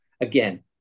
again